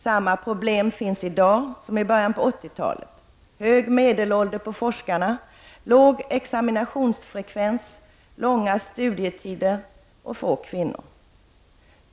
Samma problem finns i dag som fanns i början på 80-talet, hög medelålder på forskarna, låg examinationsfrekvens, långa studietider, få kvinnor i forskarutbildning.